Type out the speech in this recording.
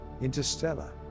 interstellar